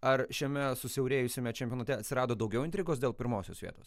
ar šiame susiaurėjusiame čempionate atsirado daugiau intrigos dėl pirmosios vietos